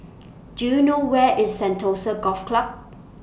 Do YOU know Where IS Sentosa Golf Club